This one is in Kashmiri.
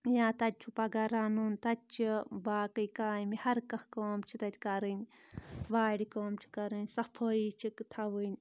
یا تَتہِ چھُ پَگاہ رَنُن تَتہِ چھِ باقٕے کامہِ ہر کانٛہہ کٲم چھِ تَتہِ کَرٕنۍ وارِ کٲم چھِ کَرٕنۍ صفٲیی چھِ تھاوٕنۍ